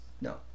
No